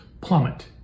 plummet